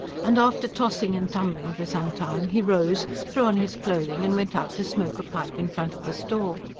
and after tossing and tumbling for some time, he rose, threw on his clothing and went out to smoke a pipe in front of the store.